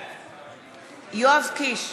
יואב קיש,